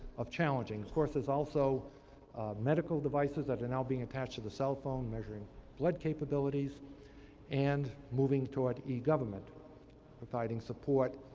of and course there's also medical devices that are now being attached to the cell phone measuring blood capabilities and moving toward egovernment providing support,